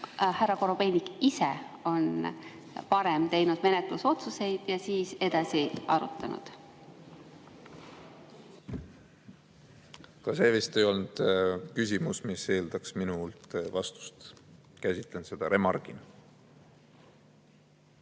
härra Korobeinik ise on varem teinud menetlusotsuseid ja siis edasi arutanud. See vist ei olnud küsimus, mis eeldaks minult vastust. Käsitlen seda remargina.